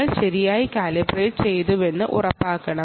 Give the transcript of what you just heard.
നിങ്ങൾ ശരിയായി കാലിബ്രേറ്റ് ചെയ്തുവെന്ന് ഉറപ്പാക്കണം